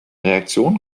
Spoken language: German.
reaktion